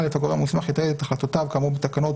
5. (א)הגורם המוסמך יתעד את החלטותיו כאמור בתקנות